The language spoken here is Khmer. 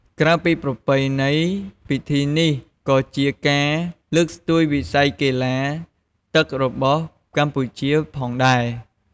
ក្រៅពីប្រពៃណី ពិធីនេះក៏ជាការលើកស្ទួយវិស័យកីឡាទឹករបស់កម្ពុជាផងដែរ។